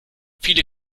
viele